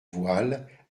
voiles